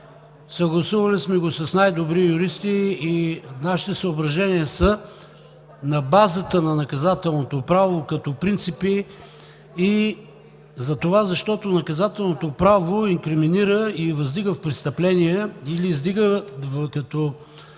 Съгласували сме го с най-добри юристи и нашите съображения са на базата на наказателното право като принципи, затова защото наказателното право инкриминира и въздига в престъпления, или издига като